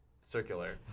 circular